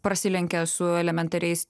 prasilenkia su elementariais